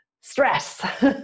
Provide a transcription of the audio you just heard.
stress